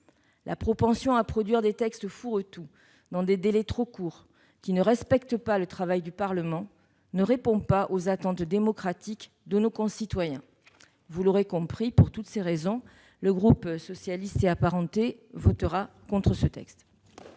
La propension à produire des textes fourre-tout dans des délais trop courts qui ne respectent pas le travail du Parlement ne répond pas aux attentes démocratiques de nos concitoyens. Vous l'aurez compris, pour toutes ces raisons, les membres du groupe socialiste et républicain et les